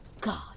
God